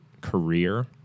career